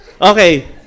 Okay